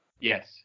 Yes